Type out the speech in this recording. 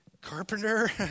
carpenter